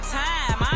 time